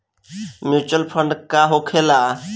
Mutual fund का होखेला?